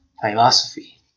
philosophy